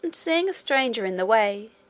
and seeing a stranger in the way,